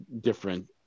different